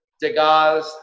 Degas